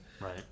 Right